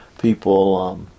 people